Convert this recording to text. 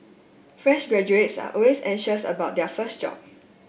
fresh graduates are always anxious about their first job